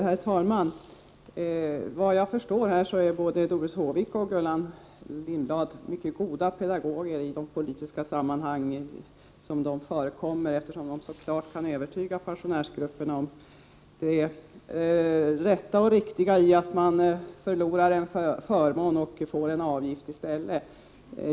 Herr talman! Vad jag förstår är både Doris Håvik och Gullan Lindblad mycket goda pedagoger i de politiska sammanhang där de förekommer, eftersom de kan övertyga pensionärsgrupperna om att det är rätt och riktigt att man förlorar en förmån och får en avgift i stället.